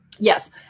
Yes